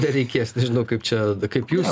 nereikės nežinau kaip čia kaip jūs